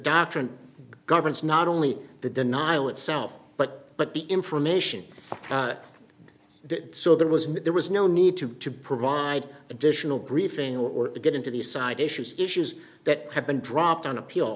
doctrine governs not only the denial itself but but the information that so there was there was no need to to provide additional briefing or to get into these side issues issues that have been dropped on appeal